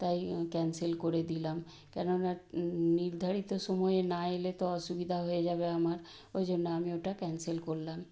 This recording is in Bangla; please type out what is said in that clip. তাই ক্যানসেল করে দিলাম কেননা নির্ধারিত সময়ে না এলে তো অসুবিধা হয়ে যাবে আমার ওই জন্য আমি ওটা ক্যানসেল করলাম